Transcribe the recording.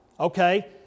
Okay